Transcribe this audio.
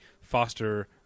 foster